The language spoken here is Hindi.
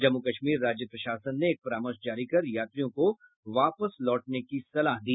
जम्मू कश्मीर राज्य प्रशासन ने एक परामर्श जारी कर यात्रियों को वापस लौटने की सलाह दी